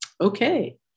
okay